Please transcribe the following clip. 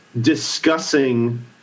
discussing